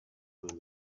even